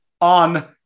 on